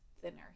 thinner